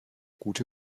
gute